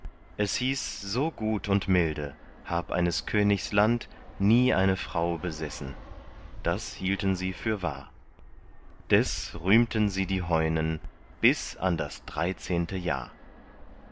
es hieß so gut und milde hab eines königs land nie eine frau besessen das hielten sie für wahr des rühmten sie die heunen bis an das dreizehnte jahr